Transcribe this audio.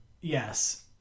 Yes